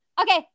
Okay